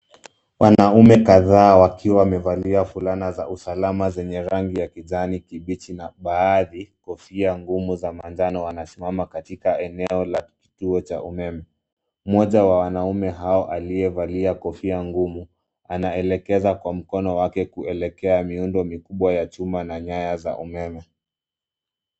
Wanaume kadhaa wakiwa wamevalia fulana za usalama zenye rangi ya kijani kibichi na baadhi kofia ngumu za manjano wanasimama katika eneo la kituo cha umeme. Mmoja wa wanaume hao aliyevalia kofia ngumu, anaelekeza kwa mkono wake kuelekea miundo mikubwa ya chuma na nyaya za umeme.